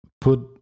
put